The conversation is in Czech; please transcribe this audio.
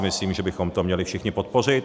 Myslím si, že bychom to měli všichni podpořit.